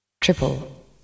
Triple